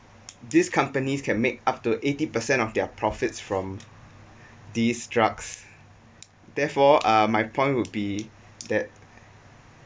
these companies can make up to eighty percent of their profits from these drugs therefore uh my point would be that